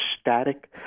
static